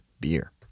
beer